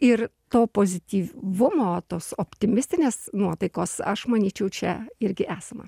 ir to pozityv vumo tos optimistinės nuotaikos aš manyčiau čia irgi esama